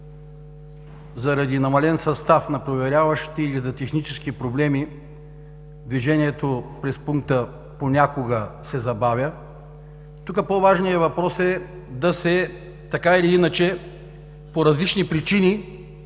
заради намален състав на проверяващите или заради технически проблеми движението през пункта понякога се забавя. По-важният въпрос е – така или иначе, по различни причини,